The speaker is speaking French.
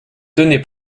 tenez